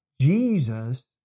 Jesus